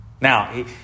Now